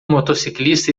motociclista